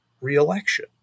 reelection